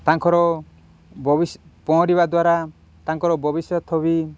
ତାଙ୍କର ଭବି ପହଁରିବା ଦ୍ୱାରା ତାଙ୍କର ଭବିଷ୍ୟତ ବି